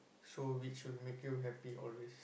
so which will make you happy always